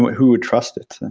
who would trust it?